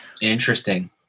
Interesting